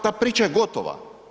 Ta priča je gotova.